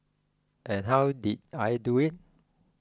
and how did I do it